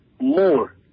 more